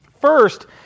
First